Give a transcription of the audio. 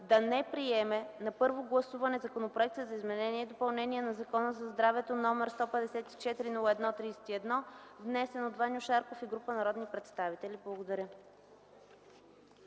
да не приеме на първо гласуване Законопроект за изменение и допълнение на Закона за здравето, № 154-01-31, внесен от Ваньо Шарков и група народни представители.” Благодаря.